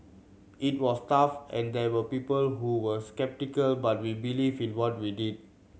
it was tough and there were people who were sceptical but we believed in what we did